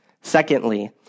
Secondly